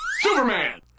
Superman